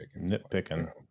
nitpicking